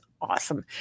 awesome